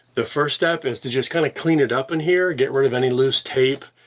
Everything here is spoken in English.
the first step is to just kind of clean it up in here. get rid of any loose tape,